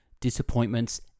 disappointments